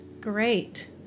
Great